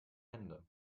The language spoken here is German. hände